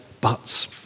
buts